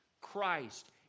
Christ